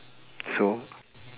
so